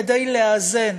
כדי לאזן.